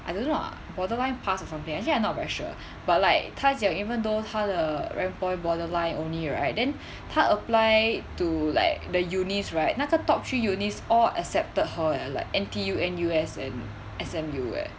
I don't know lah borderline pass or something actually I not very sure but like 她讲 even though 她的 rank point borderline only right then 她 apply to like the uni's right 那个 top three uni's all accepted her leh like N_T_U N_U_S and S_M_U leh